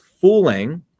fooling